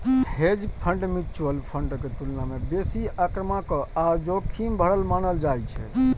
hedge fund mutual फंडक तुलना मे बेसी आक्रामक आ जोखिम भरल मानल जाइ छै